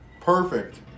perfect